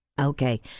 Okay